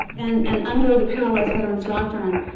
and and under the paralyzed veterans doctrine,